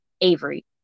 Avery